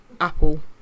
Apple